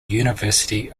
university